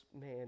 man